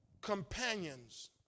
companions